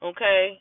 Okay